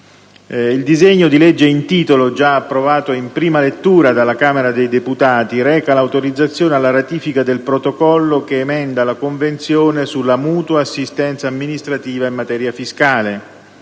Il disegno di legge in titolo, già approvato in prima lettura dalla Camera dei deputati, reca l'autorizzazione alla ratifica del Protocollo che emenda la Convenzione sulla mutua assistenza amministrativa in materia fiscale,